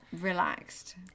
relaxed